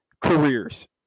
careers